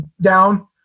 down